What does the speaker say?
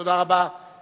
תודה רבה, תודה רבה.